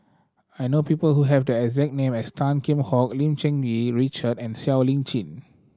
I know people who have the exact name as Tan Kheam Hock Lim Cherng Yih Richard and Siow Lee Chin